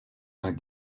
vingt